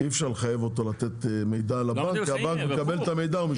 אי אפשר לחייב אותו לתת מידע על הבנק כי הבנק מקבל את המידע ומשתמש בו.